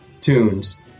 tunes